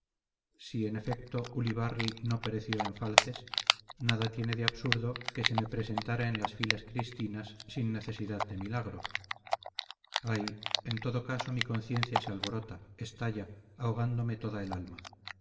si en efecto ulibarri no pereció en falces nada tiene de absurdo que se me presentara en las filas cristinas sin necesidad de milagro ay en todo caso mi conciencia se alborota estalla ahogándome toda el alma